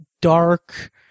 dark